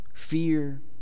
Fear